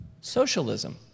socialism